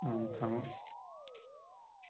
ꯑꯪ ꯊꯝꯃꯣ